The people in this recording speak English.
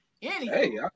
Hey